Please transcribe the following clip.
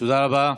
תודה רבה.